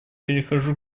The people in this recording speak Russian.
перехожу